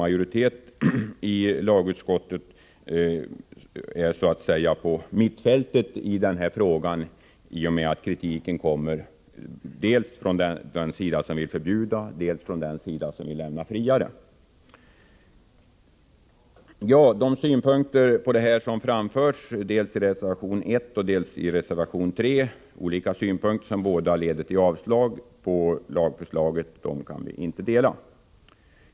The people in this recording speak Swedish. Majoriteten i lagutskottet befinner sig i mittfältet när det gäller denna fråga i och med att kritiken kommer både från den sida som vill förbjuda och från den som vill lämna området mer fritt. De synpunkter som framförts i reservation 1 och i reservation 3 — båda reservationerna leder till avslag på lagförslaget — kan utskottsmajoriteten inte dela.